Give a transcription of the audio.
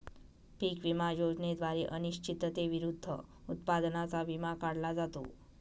पीक विमा योजनेद्वारे अनिश्चिततेविरुद्ध उत्पादनाचा विमा काढला जातो